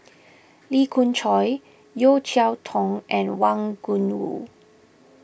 Lee Khoon Choy Yeo Cheow Tong and Wang Gungwu